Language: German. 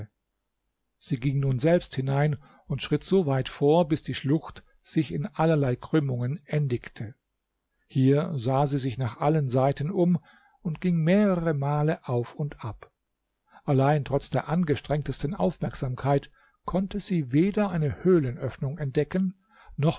sie ging nun selbst hinein und schritt so weit vor bis die schlucht sich in allerlei krümmungen endigte hier sah sie sich nach allen seiten um und ging mehrere male auf und ab allein trotz der angestrengtesten aufmerksamkeit konnte sie weder eine höhlenöffnung entdecken noch